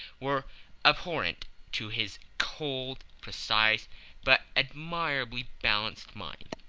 were abhorrent to his cold, precise but admirably balanced mind.